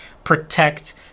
protect